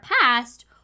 past